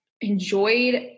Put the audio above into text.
enjoyed